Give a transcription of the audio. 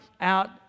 out